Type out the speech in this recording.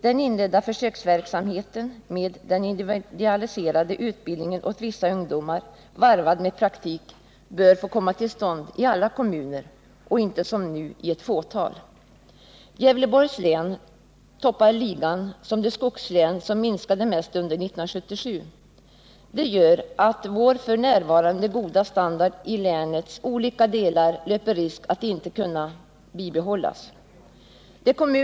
Den inledda försöksverksamheten med individualiserad utbildning för vissa ungdomar varvad med praktik bör få komma till stånd i alla kommuner och inte som nu i ett fåtal. Gävleborgs län toppar ligan som det skogslän som minskade mest under 1977. Det gör att vår goda standard i länets olika delar löper risk att inte kunna bibehållas.